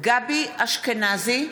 גלעד ארדן,